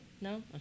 No